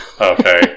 Okay